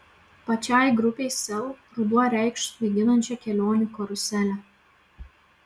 pačiai grupei sel ruduo reikš svaiginančią kelionių karuselę